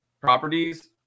properties